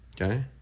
Okay